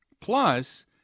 plus